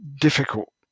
difficult